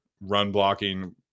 run-blocking